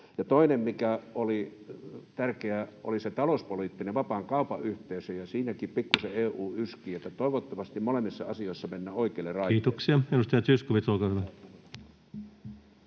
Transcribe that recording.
Toinen, mikä oli tärkeää, oli talouspoliittinen vapaan kaupan yhteisö, ja siinäkin pikkusen EU yskii, eli toivottavasti molemmissa asioissa mennään oikeille raiteille. Kiitoksia. — Edustaja Zyskowicz, olkaa hyvä.